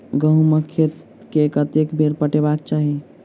गहुंमक खेत केँ कतेक बेर पटेबाक चाहि?